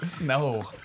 No